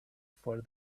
for